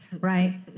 right